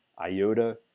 iota